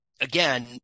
again